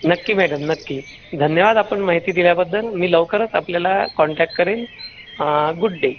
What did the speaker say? नक्की मॅडम नक्की धन्यवाद आपण माहिती दिल्याबद्दल मी लवकरच आपल्याला कॉन्टॅक करेल गुड डे